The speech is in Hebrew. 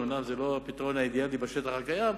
אומנם זה לא הפתרון האידיאלי בשטח הקיים,